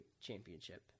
Championship